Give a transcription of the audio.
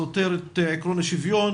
סותר את עקרון השוויון,